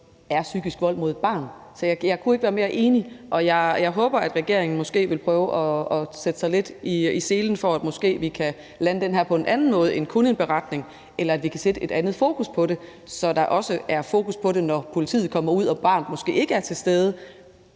er psykisk vold mod barnet. Så jeg kunne ikke være mere enig. Jeg håber, at regeringen måske vil prøve at lægge sig lidt i selen for at sørge for, at vi kan lande det her på en anden måde end kun at lave en beretning, eller i forhold til at vi kan sætte fokus på det, så der også er fokus på det, når politiet kommer ud og barnet måske ikke er til stede,